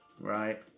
right